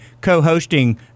co-hosting